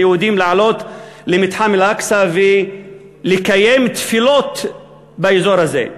של יהודים לעלות למתחם אל-אקצא ולקיים תפילות באזור הזה.